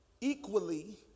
Equally